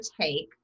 take